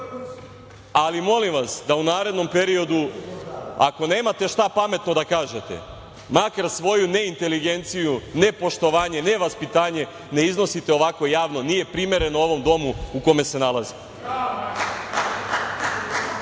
molim vas da u narednom periodu ako nemate šta pametno da kažete, makar svoju neinteligenciju, nepoštovanje, nevaspitanje ne iznosite ovako javno. Nije primereno ovom domu u kome se nalazimo. Što